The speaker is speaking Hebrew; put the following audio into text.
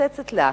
מתקצצת לה.